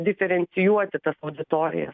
diferencijuoti tas auditorijas